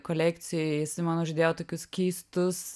kolekcijoj jisai man žadėjo tokius keistus